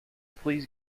please